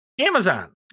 amazon